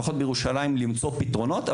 לפחות בירושלים למצוא פתרונות.